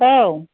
औ